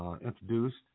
introduced